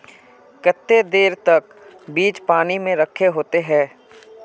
केते देर तक बीज पानी में रखे होते हैं?